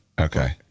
Okay